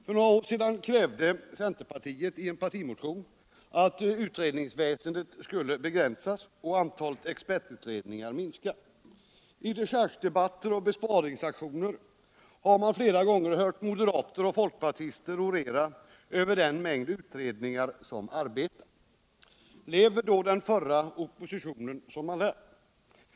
För några år sedan krävde centerpartiet i en partimotion att utredningsväsendet skulle begränsas och antalet expertutredningar minska. I dechargedebatter och besparingsaktioner har man flera gånger hört moderater och folkpartister orera över den mängd utredningar som arbetar. Lever då den förra oppositionen som den lär?'